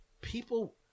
people